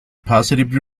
positive